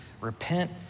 repent